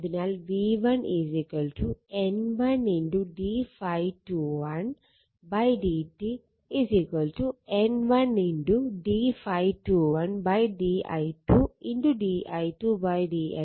അതിനാൽ v1 N1 d ∅21 dt N1 d ∅21 di2 di2 dt